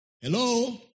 Hello